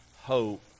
hope